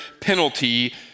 penalty